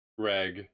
Greg